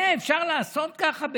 את זה אפשר לעשות ככה,